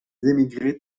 émigrés